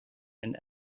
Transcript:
and